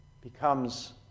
becomes